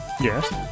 yes